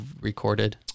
recorded